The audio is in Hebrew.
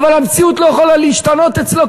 אבל המציאות לא יכולה להשתנות אצלו,